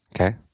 Okay